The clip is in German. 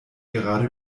gerade